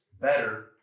better